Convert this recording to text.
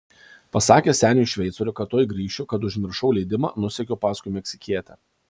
pasakęs seniui šveicoriui kad tuoj grįšiu kad užmiršau leidimą nusekiau paskui meksikietę